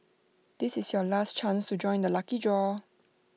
this is your last chance to join the lucky draw